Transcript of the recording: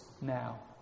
now